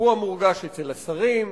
הוא המורגש אצל השרים,